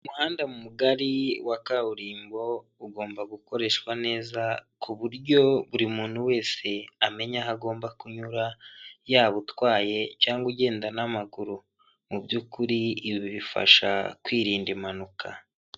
Umuhanda mugari wa kaburimbo, ugomba gukoreshwa neza, ku buryo buri muntu wese amenya aho agomba kunyura, yaba utwaye cyangwa ugenda n'amaguru, mubyukuri ibi bifasha kwirinda impanuka.